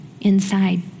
inside